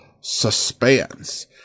Suspense